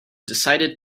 decided